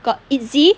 got itzy